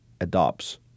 adopts